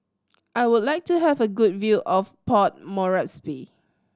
I would like to have a good view of Port Moresby